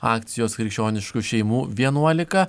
akcijos krikščioniškų šeimų vienuolika